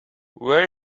where